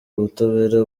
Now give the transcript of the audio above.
ubutabera